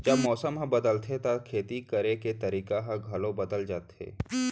जब मौसम ह बदलथे त खेती करे के तरीका ह घलो बदल जथे?